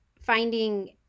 finding